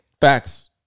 Facts